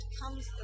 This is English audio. comes